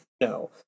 No